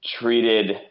treated